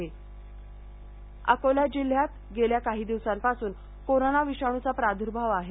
अकोला अकोला जिल्ह्यात गेल्या काही दिवसापासून कोरोना विषाणूचा प्रादूर्भाव वाढत आहे